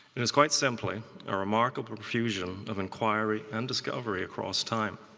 it is quite simply a remarkable fusion of inquiry and discovery across time.